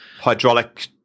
Hydraulic